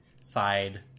side